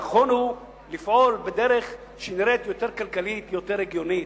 נכון הוא לפעול בדרך שנראית יותר כלכלית ויותר הגיונית.